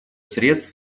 средств